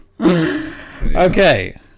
okay